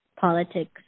politics